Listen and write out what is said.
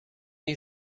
you